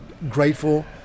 grateful